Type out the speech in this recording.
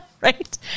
Right